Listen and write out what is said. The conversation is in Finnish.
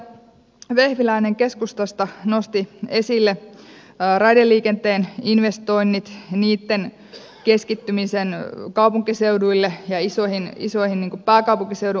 edustaja vehviläinen keskustasta nosti esille raideliikenteen investoinnit ja niitten keskittymisen kaupunkiseuduille ja isoille alueille kuten pääkaupunkiseudulle